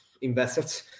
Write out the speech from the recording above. investors